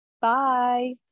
bye